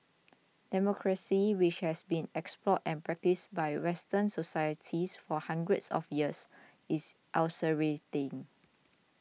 democracy which has been explored and practised by Western societies for hundreds of years is ulcerating